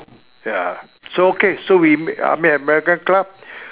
ya so okay so we ah meet at American club